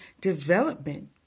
development